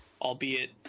albeit